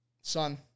Son